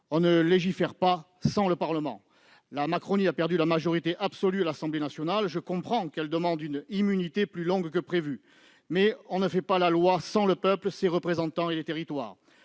On ne légifère pas sans le Parlement. La Macronie a perdu la majorité absolue à l'Assemblée nationale, et je comprends qu'elle demande une immunité plus longue que prévu. Mais on ne fait pas la loi sans le peuple, ses représentants et les territoires.